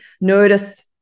Notice